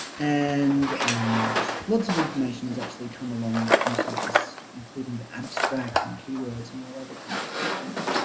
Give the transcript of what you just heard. and lots of information has actually come along into this including the abstract and keywords and all other kinds of cool things